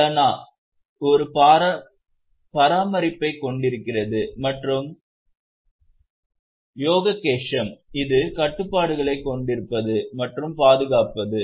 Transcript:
பழனா ஒரு பராமரிப்பைக் கொண்டிருக்கிறது மற்றும் யோகாக்ஷெமா இது கட்டுப்பாடுகளைக் கொண்டிருப்பது மற்றும் பாதுகாப்பது